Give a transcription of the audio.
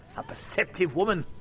a perceptive woman,